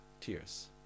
tears